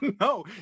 no